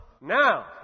now